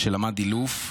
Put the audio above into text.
כשלמד אילוף.